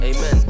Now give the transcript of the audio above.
Amen